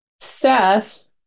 Seth